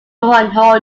whole